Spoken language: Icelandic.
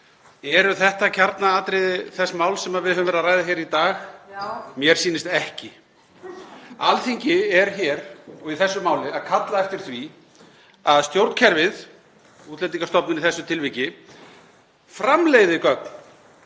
Eru þetta kjarnaatriði þess máls sem við höfum verið að ræða hér í dag? (Gripið fram í: Já.) Mér sýnist ekki. Alþingi er í þessu máli að kalla eftir því að stjórnkerfið, Útlendingastofnun í þessu tilviki, framleiði gögn,